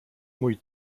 mój